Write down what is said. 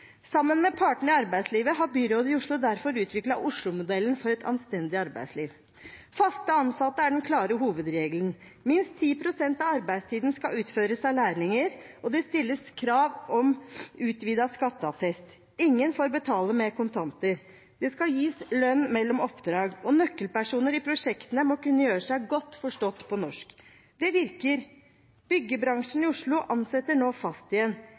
Sammen med partene i arbeidslivet har byrådet i Oslo derfor utviklet Oslo-modellen for et anstendig arbeidsliv. Fast ansatte er den klare hovedregelen. Minst 10 pst. av arbeidstiden skal arbeidet utføres av lærlinger, og det stilles krav om utvidet skatteattest. Ingen får betale med kontanter. Det skal gis lønn mellom oppdrag, og nøkkelpersoner i prosjektene må kunne gjøre seg godt forstått på norsk. Det virker. Byggebransjen i Oslo ansetter nå fast igjen.